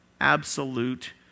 absolute